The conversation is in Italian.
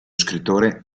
scrittore